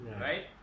Right